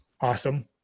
awesome